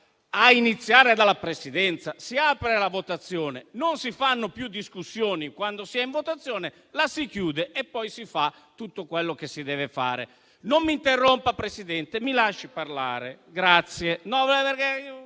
a iniziare dalla Presidenza, si apre la votazione, non si fanno più discussioni quando si è in votazione, la si chiude e poi si fa tutto quello che si deve fare. Non mi interrompa, Presidente, mi lasci parlare. Lo dico